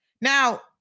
Now